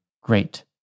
great